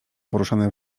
poruszane